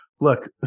Look